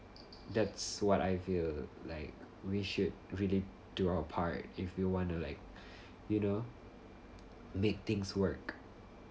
that's what I feel like we should really do our part if you want to like you know make things work